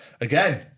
again